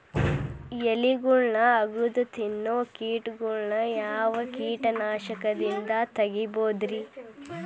ಎಲಿಗೊಳ್ನ ಅಗದು ತಿನ್ನೋ ಕೇಟಗೊಳ್ನ ಯಾವ ಕೇಟನಾಶಕದಿಂದ ತಡಿಬೋದ್ ರಿ?